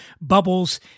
bubbles